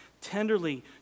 Tenderly